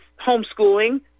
homeschooling